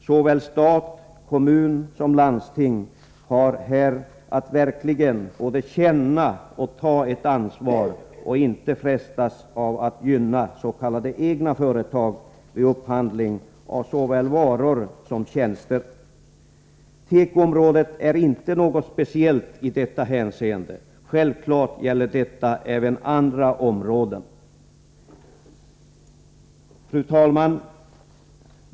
Såväl stat och kommun som landsting har här att verkligen både känna och ta ett ansvar och inte frestas av att gynna s.k. egna företag vid upphandling av varor och tjänster. Tekoområdet är inte något speciellt i detta hänseende — självfallet gäller detta även andra områden. Fru talman!